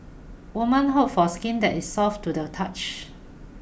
women hope for skin that is soft to the touch